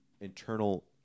internal